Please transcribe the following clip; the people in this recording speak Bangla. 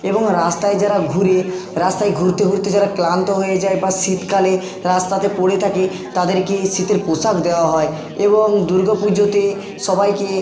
এবং রাস্তায় যারা ঘুরে রাস্তায় ঘুরতে ঘুরতে যারা ক্লান্ত হয়ে যায় বা শীত কালে রাস্তাতে পড়ে থাকে তাদেরকে শীতের পোশাক দেওয়া হয় এবং দুর্গা পুজোতে সবাইকে